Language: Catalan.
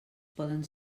poden